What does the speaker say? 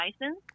license